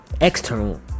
external